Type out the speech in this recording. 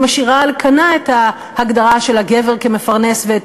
היא משאירה על כנה את ההגדרה של הגבר כמפרנס ואת